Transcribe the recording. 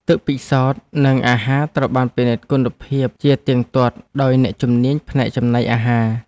ទឹកពិសោធន៍និងអាហារត្រូវបានពិនិត្យគុណភាពជាទៀងទាត់ដោយអ្នកជំនាញផ្នែកចំណីអាហារ។